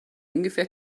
ungefähr